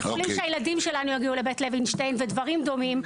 האיחולים שהילדים שלנו יגיעו לבית לווינשטיין ודברים דומים,